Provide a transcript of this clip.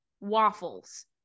waffles